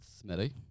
Smitty